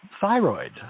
thyroid